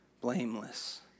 blameless